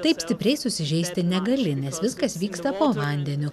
taip stipriai susižeisti negali nes viskas vyksta po vandeniu